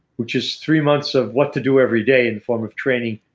which is three months of what to do every day in form of training,